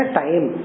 time